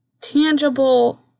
tangible